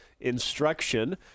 instruction